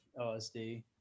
LSD